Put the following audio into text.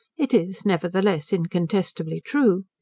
it is, nevertheless, incontestably true.